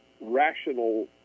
rational